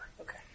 Okay